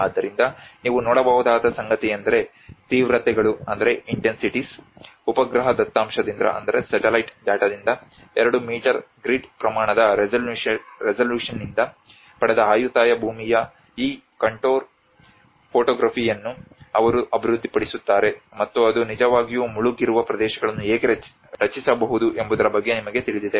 ಆದ್ದರಿಂದ ನೀವು ನೋಡಬಹುದಾದ ಸಂಗತಿಯೆಂದರೆ ತೀವ್ರತೆಗಳು ಉಪಗ್ರಹ ದತ್ತಾಂಶದಿಂದ 2 ಮೀಟರ್ ಗ್ರಿಡ್ ಪ್ರಮಾಣದ ರೆಸಲ್ಯೂಶನ್ನಿಂದ ಪಡೆದ ಆಯುಥಾಯ ಭೂಮಿಯ ಈ ಕಂಟೊರ್ ಟೋಪೋಗ್ರಫಿಯನ್ನು ಅವರು ಅಭಿವೃದ್ಧಿಪಡಿಸುತ್ತಾರೆ ಮತ್ತು ಅದು ನಿಜವಾಗಿಯೂ ಮುಳುಗಿರುವ ಪ್ರದೇಶಗಳನ್ನು ಹೇಗೆ ರಚಿಸಬಹುದು ಎಂಬುದರ ಬಗ್ಗೆ ನಿಮಗೆ ತಿಳಿದಿದೆ